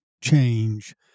change